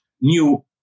new